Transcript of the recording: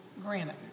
Granted